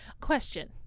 Question